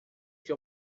que